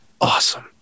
awesome